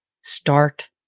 start